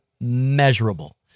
measurable